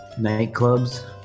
Nightclubs